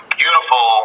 beautiful